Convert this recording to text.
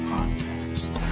Podcast